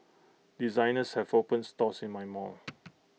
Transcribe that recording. designers have opened stores in my mall